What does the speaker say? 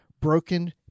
broken